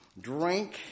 drink